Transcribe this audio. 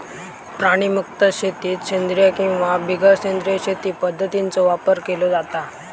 प्राणीमुक्त शेतीत सेंद्रिय किंवा बिगर सेंद्रिय शेती पध्दतींचो वापर केलो जाता